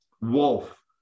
wolf